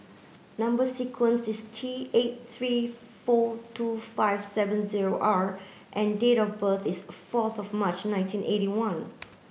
number sequence is T eight three four two five seven zero R and date of birth is fourth of March nineteen eighty one